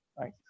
right